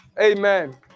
Amen